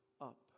up